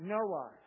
Noah